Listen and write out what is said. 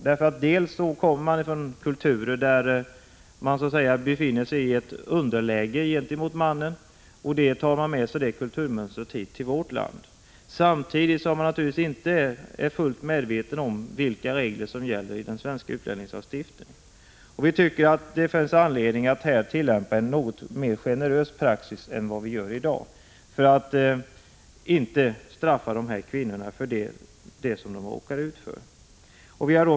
De kommer ofta från kulturer där kvinnan befinner sig i ett underläge gentemot mannen, och det kulturmönstret tar de med sig till vårt land. Samtidigt är de naturligtvis inte helt medvetna om vilka regler som gäller i den svenska utlänningslagstiftningen. Vi anser att det här finns anledning att tillämpa en något generösare praxis än i dag för att inte straffa dessa kvinnor för vad de råkar ut för.